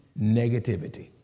negativity